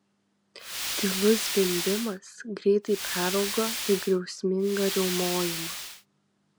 tylus zvimbimas greitai peraugo į griausmingą riaumojimą